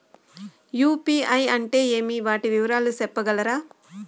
UPI అంటే ఏమి? వాటి వివరాలు సెప్పగలరా?